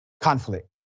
conflict